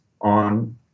on